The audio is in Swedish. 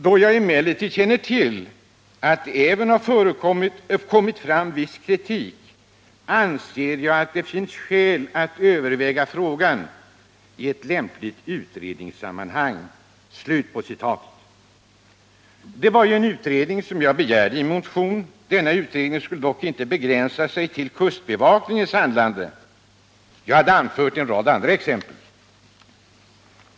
Då jag emellertid känner till att det även har kommit fram viss kritik, anser jag att det kan finnas skäl att överväga frågan i ett lämpligt utredningssammanhang.” Det var ju en utredning som jag begärde i min motion. Denna utredning skulle dock inte begränsa sig till kustbevakningens handlande, utan jag hade anfört en rad andra exempel.